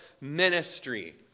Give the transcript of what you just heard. ministry